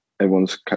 everyone's